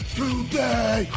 today